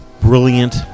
brilliant